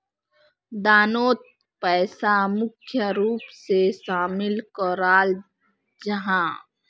दानोत पैसा मुख्य रूप से शामिल कराल जाहा